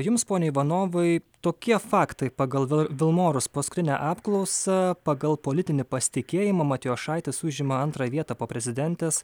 jums pone ivanovai tokie faktai pagal vilmorus paskutinę apklausą pagal politinį pasitikėjimą matjošaitis užima antrą vietą po prezidentės